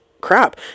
crap